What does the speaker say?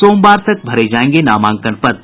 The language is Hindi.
सोमवार तक भरे जायेंगे नामांकन पत्र